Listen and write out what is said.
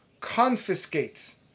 confiscates